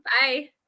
Bye